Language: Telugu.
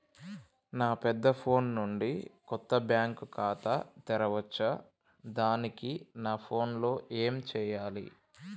నా పెద్ద ఫోన్ నుండి కొత్త బ్యాంక్ ఖాతా తెరవచ్చా? దానికి నా ఫోన్ లో ఏం చేయాలి?